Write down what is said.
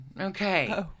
okay